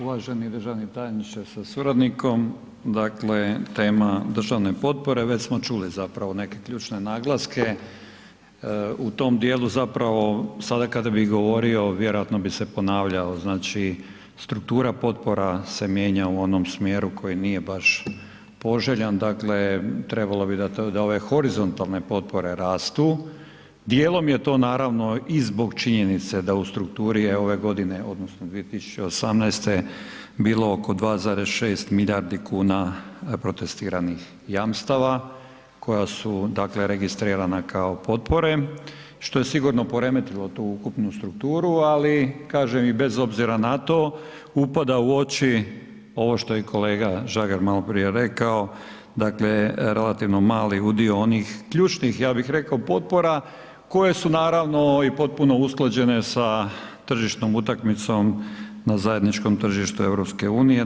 Uvaženi državni tajniče sa suradnikom, dakle tema državne potpore, već smo čuli zapravo neke ključne naglaske, u tom djelu zapravo sada kada bi govorio, vjerovatno bi se ponavljao, znači struktura potpora se mijenja u onom smjeru koji nije baš poželjan, dakle trebalo bi da ove horizontalne potpore rastu, djelom je to naravno i zbog činjenice da u strukturi je ove godine odnosno 2018. bilo oko 2,6 milijardi kuna protestiranih jamstava koja su dakle registrirana kao potpore što je sigurno poremetilo tu ukupnu strukturu ali kažem i bez obzira na to, upada u oči, ovo što je i kolega Žagar maloprije rekao, dakle relativno mali udio onih ključnih ja bih rekao, koje su naravno i potpuno usklađene sa tržišnom utakmicom na zajedničkom tržištu EU-a.